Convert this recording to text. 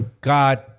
God